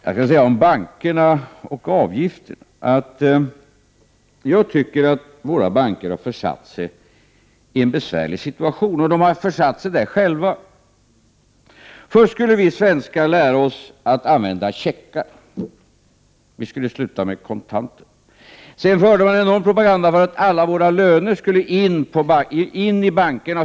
När det gäller bankerna och avgifterna tycker jag att våra banker själva har försatt sig i en besvärlig situation. Först skulle vi svenskar lära oss att använda checkar. Vi skulle sluta använda kontanter. Bankerna förde en enorm propaganda för att våra löner skulle in i bankerna.